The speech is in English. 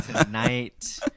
tonight